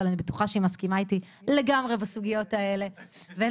אבל אני בטוחה שהיא מסכימה איתי לגמרי בסוגיות האלה ואין